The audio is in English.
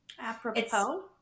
Apropos